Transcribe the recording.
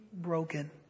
broken